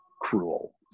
cruel